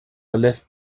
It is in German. lässt